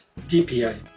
DPI